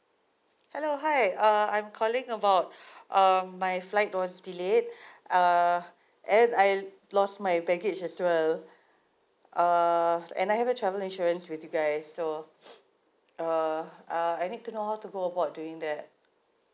hello hi uh I'm calling about um my flight was delayed uh and I lost my baggage as well uh and I have a travel insurance with you guys so uh I need to know how to go about doing that